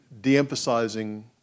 de-emphasizing